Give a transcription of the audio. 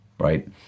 Right